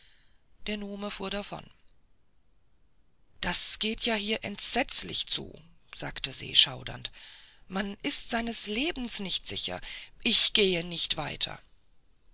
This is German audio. der nume fuhr davon das geht ja hier entsetzlich zu sagte se schaudernd man ist seines lebens nicht sicher ich gehe nicht weiter